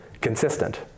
consistent